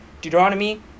Deuteronomy